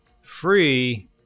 Free